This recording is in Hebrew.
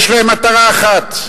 יש להם מטרה אחת,